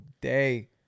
day